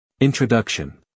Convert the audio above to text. Introduction